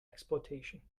exploitation